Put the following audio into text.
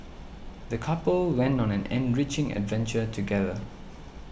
the couple went on an enriching adventure together